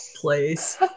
place